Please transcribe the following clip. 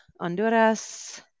Honduras